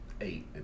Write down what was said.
eight